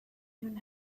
even